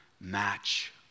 match